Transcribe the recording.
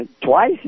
twice